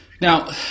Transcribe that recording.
Now